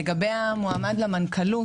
לגבי המועמד למנכ"לות,